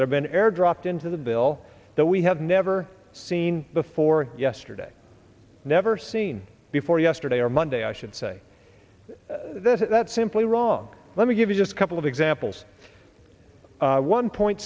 have been air dropped into the bill that we have never seen before yesterday never seen before yesterday or monday i should say that's simply wrong let me give you just couple of examples one point